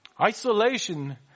Isolation